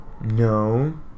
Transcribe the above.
No